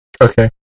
Okay